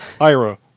Ira